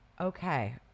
Okay